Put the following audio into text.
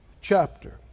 chapter